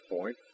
point